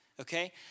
Okay